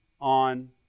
on